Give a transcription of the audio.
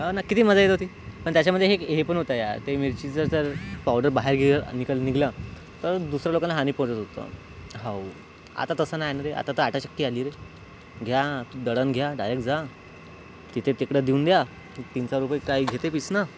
हव नं किती मजा येत होती पण त्याच्यामधे एक हे पण होतं यार ते मिरचीचं तर पावडर बाहेर गेलं आणि कल निघालं तर दुसऱ्या लोकांना हानी पोहोचत होतं हव आता तसं नाही नं रे आता तर आटा चक्की आली रे घ्या दळण घ्या डायरेक जा तिथे तिकडं दिऊन द्या तीनचार रुपये काही घेते पिसणं